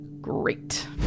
Great